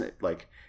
like-